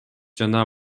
жана